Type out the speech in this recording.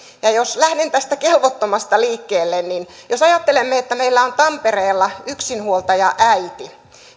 jos lähden tästä kelvottomasta liikkeelle niin jos ajattelemme että meillä on tampereella yksinhuoltajaäiti